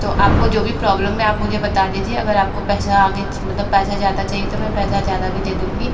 तो आप को जो भी प्रोब्लम है आप मुझे बता दीजिए अगर आप को पैसा आगे मतलब पैसा ज़्यादा चाहिए तो मैं पैसा ज़्यादा भी दे दूँगी